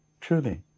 truly